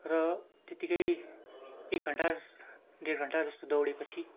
र त्यतिकै घन्टाजस्तो डेढघन्टा जस्तो दौडिएपछि